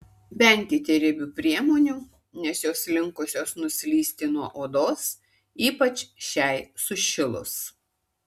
venkite riebių priemonių nes jos linkusios nuslysti nuo odos ypač šiai sušilus